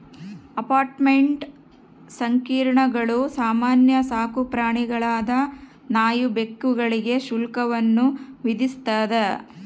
apartment ಸಂಕೀರ್ಣಗಳು ಸಾಮಾನ್ಯ ಸಾಕುಪ್ರಾಣಿಗಳಾದ ನಾಯಿ ಬೆಕ್ಕುಗಳಿಗೆ ಶುಲ್ಕವನ್ನು ವಿಧಿಸ್ತದ